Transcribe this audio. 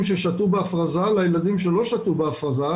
ששתו בהפרזה לילדים שלא שתו בהפרזה,